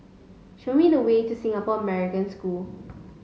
show me the way to Singapore American School